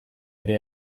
ere